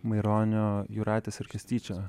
maironio jūratės ir kastyčio